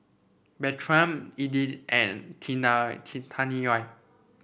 Bertram Edythe and Tina T Taniya